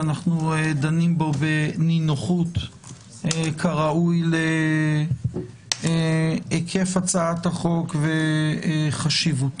ואנחנו דנים בו בנינוחות כראוי להיקף הצעת החוק וחשיבותה.